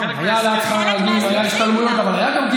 זה חלק מהסובסידיה.